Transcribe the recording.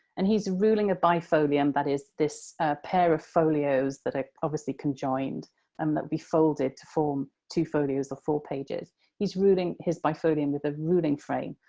and he's ruling a bifolium that is, this pair of folios that are obviously conjoined um that will be folded to form two folios, or four pages he's ruling his bifolium with a ruling frame.